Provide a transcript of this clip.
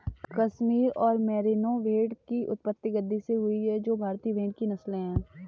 कश्मीर और मेरिनो भेड़ की उत्पत्ति गद्दी से हुई जो भारतीय भेड़ की नस्लें है